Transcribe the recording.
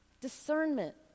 discernment